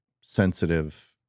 sensitive